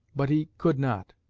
but he could not.